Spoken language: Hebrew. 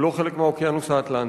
הוא לא חלק מהאוקיינוס האטלנטי.